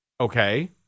Okay